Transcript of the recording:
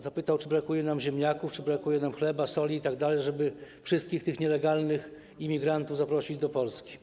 Zapytał, czy brakuje nam ziemniaków, chleba, soli itd., żeby wszystkich tych nielegalnych imigrantów zaprosić do Polski.